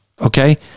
Okay